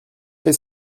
fait